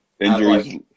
injuries